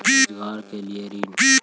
रोजगार के लिए ऋण?